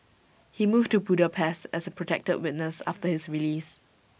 he moved to Budapest as A protected witness after his release